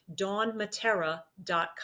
dawnmatera.com